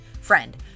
Friend